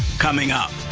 coming up.